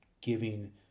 giving